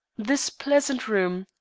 this pleasant room,